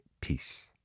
peace